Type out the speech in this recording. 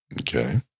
Okay